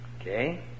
Okay